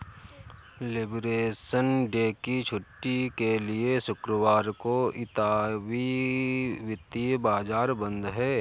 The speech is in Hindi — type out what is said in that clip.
लिबरेशन डे की छुट्टी के लिए शुक्रवार को इतालवी वित्तीय बाजार बंद हैं